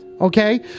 Okay